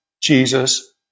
Jesus